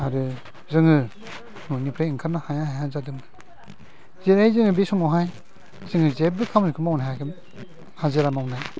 आरो जोङो न'निफ्राय ओंखारनो हाया हाया जादोंमोन जेरै जोङो बे समावहाय जोङो जेबो खामानिखौ मावनो हायाखैमोन हाजिरा मावनो